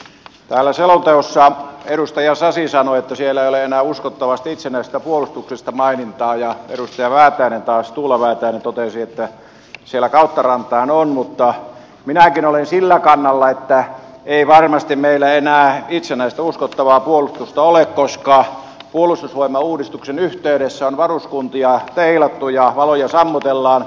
täällä edustaja sasi sanoi että selonteossa ei ole enää uskottavasta itsenäisestä puolustuksesta mainintaa ja edustaja tuula väätäinen taas totesi että siellä kautta rantain on mutta minäkin olen sillä kannalla että ei varmasti meillä enää itsenäistä uskottavaa puolustusta ole koska puolustusvoimauudistuksen yhteydessä on varuskuntia teilattu ja valoja sammutellaan